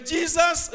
Jesus